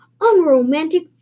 Unromantic